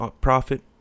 profit